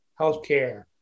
healthcare